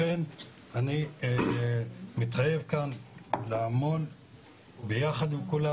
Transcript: לכן אני מתחייב כאן לעמול ביחד עם כולם